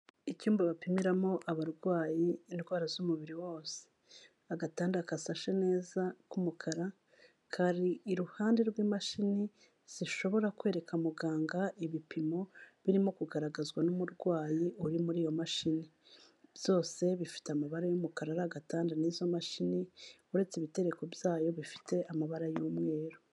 Icyumba bapimiramo abarwayi indwara z'umubiri wose. Agatanda gasashe neza k'umukara kari iruhande rw'imashini zishobora kwereka muganga ibipimo birimo kugaragazwa n'umurwayi uri muri iyo mashini. Byose bifite amabara y'umukara ari agatanda n'izo mashini, uretse ibitereko byayo bifite amabara y'umweru.